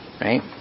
Right